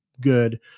good